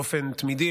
באופן תמידי,